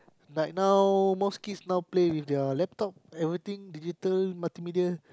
like now most kids now play with their laptop everything digital multimedia